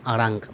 ᱟᱲᱟᱝ ᱠᱟᱱᱟ